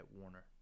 Warner